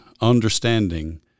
understanding